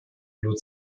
nur